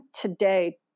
today